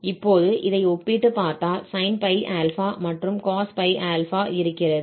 இப்போது இதை ஒப்பிட்டுப் பார்த்தால் sin πα மற்றும் cos πα இருக்கிறது